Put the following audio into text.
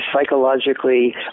psychologically